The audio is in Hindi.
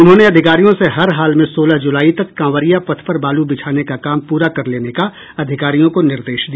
उन्होंने अधिकारियों से हर हाल में सोलह जुलाई तक कांवरिया पथ पर बालू बिछाने का काम पूरा कर लेने का अधिकारियों को निर्देश दिया